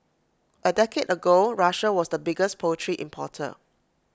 A decade ago Russia was the biggest poultry importer